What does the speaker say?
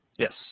Yes